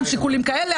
שיקולים כאלה,